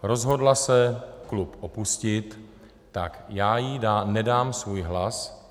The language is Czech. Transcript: Rozhodla se klub opustit, tak já jí nedám svůj hlas.